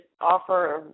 offer